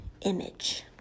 image